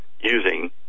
using